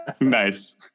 Nice